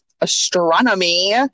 astronomy